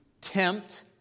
tempt